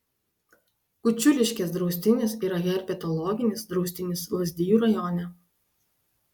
kučiuliškės draustinis yra herpetologinis draustinis lazdijų rajone